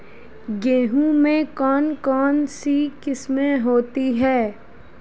गेहूँ की कौन कौनसी किस्में होती है?